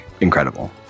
incredible